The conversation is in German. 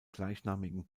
gleichnamigen